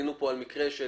עלינו כאן על מקרה של